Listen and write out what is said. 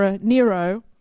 Nero